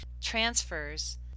transfers